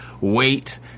wait